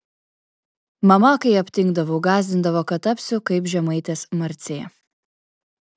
mama kai aptingdavau gąsdindavo kad tapsiu kaip žemaitės marcė